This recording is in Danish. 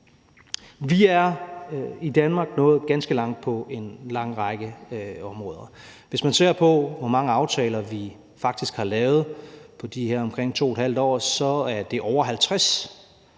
Vi er i Danmark nået ganske langt på en lang række områder. Hvis man ser på, hvor mange aftaler vi faktisk har lavet på de her omkring 2½ år, så er det over 50,